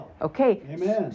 Okay